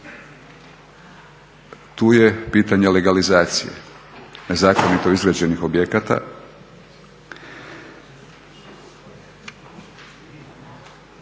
tu je pitanje legalizacije nezakonito izgrađenih objekata.